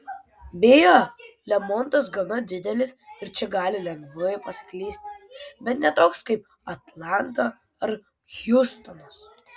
beje lemontas gana didelis ir čia gali lengvai pasiklysti bet ne toks kaip atlanta ar hjustonas